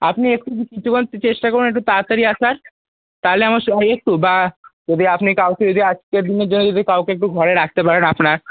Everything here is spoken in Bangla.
আপনি একটু চেষ্টা করুন একটু তাড়াতাড়ি আসার তাহলে আমার একটু বা যদি আপনি কাউকে যদি আজকের দিনের জন্য যদি কাউকে একটু ঘরে রাখতে পারেন আপনার